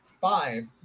five